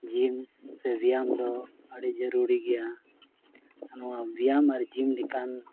ᱥᱮ ᱵᱮᱭᱟᱢ ᱫᱚ ᱟᱹᱰᱤ ᱡᱟᱹᱨᱩᱨᱤ ᱜᱮᱭᱟ ᱟᱨ ᱱᱚᱣᱟ ᱵᱮᱭᱟᱢ ᱟᱨ ᱞᱮᱠᱟᱱ